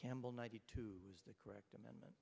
campbell ninety two was the correct amendment